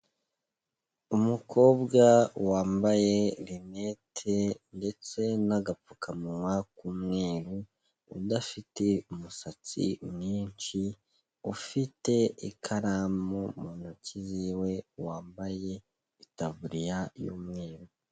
Umukobwa wambaye linete ndetse n'agapfukamunwa k'umweru, udafite umusatsi mwinshi, ufite ikaramu mu ntoki ziwe, wambaye itaburiya y'umweru.